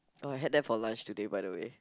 oh I had that for lunch today by the way